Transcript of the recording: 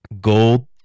Gold